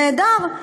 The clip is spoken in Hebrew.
נהדר.